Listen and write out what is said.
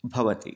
भवति